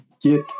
Get